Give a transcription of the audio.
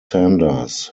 sanders